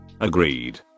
Agreed